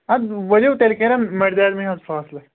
اَدٕ ؤلِوٗ تیٚلہِ کرن مٔڈدیٛادمٕے اَتھ فٲصلہٕ